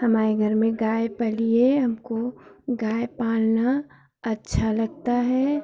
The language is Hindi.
हमारे घर में गाय पली है हमको गाय पालना अच्छा लगता है